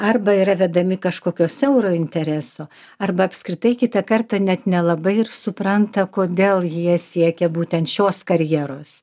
arba yra vedami kažkokio siauro intereso arba apskritai kitą kartą net nelabai ir supranta kodėl jie siekia būtent šios karjeros